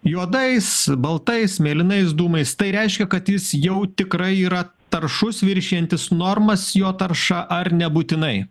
juodais baltais mėlynais dūmais tai reiškia kad jis jau tikrai yra taršus viršijantis normas jo tarša ar nebūtinai